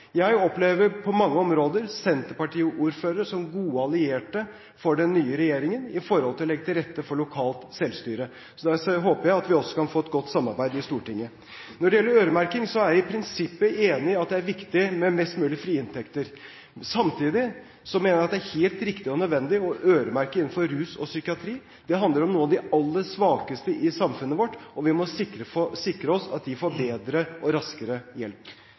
Jeg opplever på mange områder senterpartiordførere som gode allierte for den nye regjeringen når det gjelder å legge til rette for lokalt selvstyre. Så jeg håper at vi også kan få et godt samarbeid i Stortinget. Når det gjelder øremerking, er jeg i prinsippet enig i at det er viktig med mest mulig frie inntekter, men samtidig mener jeg det er helt riktig og nødvendig å øremerke innenfor rus og psykiatri. Det handler om noen av de aller svakeste i samfunnet vårt, og vi må sikre oss at de får bedre og raskere hjelp.